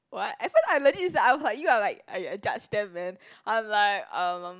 what at first I legit sia I was like you are like I I judge them man I'm like um